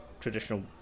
traditional